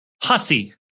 Hussy